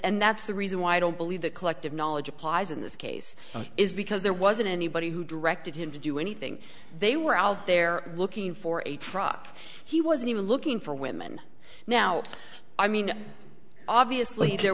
and that's the reason why i don't believe that collective knowledge applies in this case is because there wasn't anybody who directed him to do anything they were out there looking for a truck he wasn't even looking for women now i mean obviously there